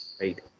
right